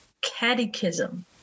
catechism